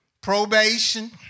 probation